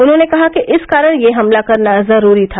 उन्होंने कहा कि इस कारण यह हमला करना जरूरी था